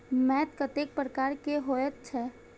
मैंट कतेक प्रकार के होयत छै?